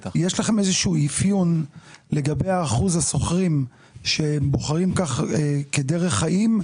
יש לכם איזה שהוא אפיון לגבי אחוז השוכרים שבוחרים כך כדרך חיים,